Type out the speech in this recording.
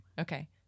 Okay